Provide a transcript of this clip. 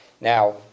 Now